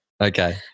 Okay